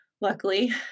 luckily